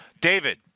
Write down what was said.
David